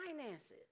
finances